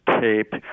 tape